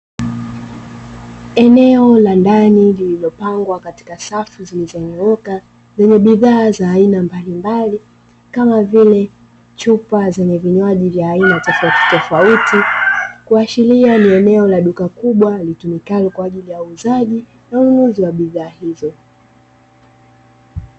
Eneo la ndani, lililopangwa katika safu zilizonyooka, zenye bidhaa za aina mbalimbali kama vile chupa zenye vinywaji vya aina tofauti tofauti, kuashiria ni eneo la duka kubwa litumikalo kwa ajili ya uuzaji na ununuzi wa bidhaa hizo.